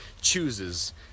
chooses